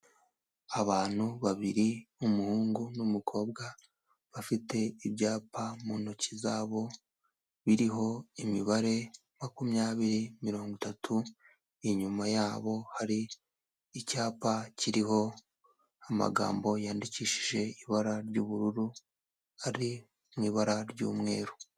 Abantu babiri umuhungu n'umukobwa, bafite ibyapa mu ntoki zabo biriho imibare makumyabiri, mirongo itatu, inyuma yabo hari icyapa kiriho amagambo yandikishije ibara ry'ubururu, ari mu ibara ry'umweru.